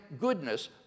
goodness